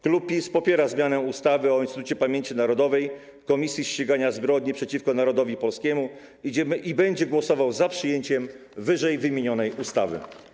Klub PiS popiera ustawę o zmianie ustawy o Instytucie Pamięci Narodowej - Komisji Ścigania Zbrodni przeciwko Narodowi Polskiemu i będzie głosował za przyjęciem ww. ustawy.